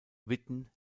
witten